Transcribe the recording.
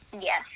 Yes